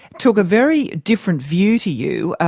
took a very different view to you.